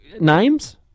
Names